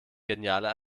genialer